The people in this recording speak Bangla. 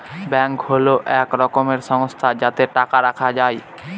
ব্যাঙ্ক হল এক রকমের সংস্থা যাতে টাকা রাখা যায়